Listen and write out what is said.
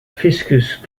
fiscus